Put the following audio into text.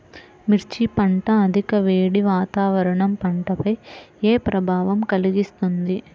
మిర్చి పంట అధిక వేడి వాతావరణం పంటపై ఏ ప్రభావం కలిగిస్తుంది?